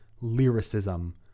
Lyricism